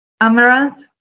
Amaranth